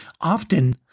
Often